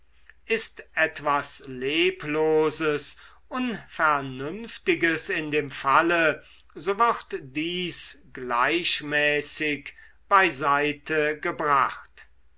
ist etwas lebloses unvernünftiges in dem falle so wird dies gleichmäßig beiseitegebracht